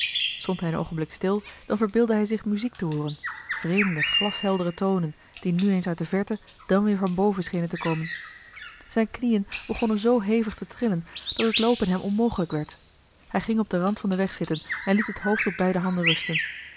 hij een oogenblik stil dan verbeeldde hij zich muziek te hooren vreemde glasheldere tonen die nu eens uit de verte dan weer van boven schenen te komen zijne knieën begonnen zoo hevig te trillen dat het loopen hem onmogelijk werd hij ging op den rand van den weg zitten en liet het hoofd op beide handen rusten